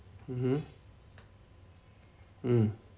mmhmm mm